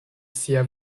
sia